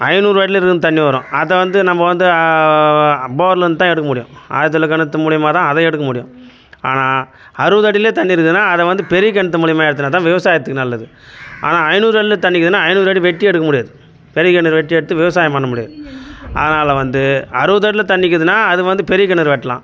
ஐநூறு அடியில் இருந்து தண்ணி வரும் அதை வந்து நம்ப வந்து போர்லருந்துதான் எடுக்க முடியும் ஆழ்துளைக்கெணற்று மூலியமாதான் அதை எடுக்க முடியும் ஆனால் அறுபது அடியிலே தண்ணி இருக்குதுன்னால் அதை வந்து பெரிய கிணத்து மூலயமா எடுத்துனால்தான் விவசாயத்துக்கு நல்லது ஆனால் ஐநூறு அடியில் தண்ணி இருக்குதுன்னால் ஐநூறு அடி வெட்டி எடுக்க முடியாது பெரிய கிணறு வெட்டி எடுத்து விவசாயம் பண்ண முடியாது அதனால வந்து அறுபது அடியில் தண்ணி இருக்குதுன்னா அது வந்து பெரிய கிணறு வெட்டலாம்